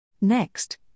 Next